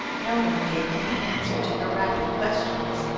no one gave any answer to her rapid questions.